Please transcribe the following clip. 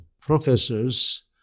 professors